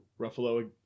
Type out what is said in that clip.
Ruffalo